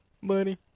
Money